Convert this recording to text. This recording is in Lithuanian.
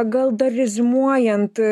gal dar reziumuojant